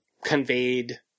conveyed